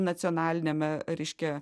nacionaliniame reiškia